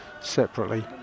separately